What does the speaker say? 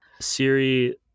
Siri